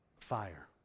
Fire